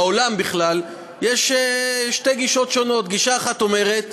בעולם בכלל יש שתי גישות שונות: גישה אחת אומרת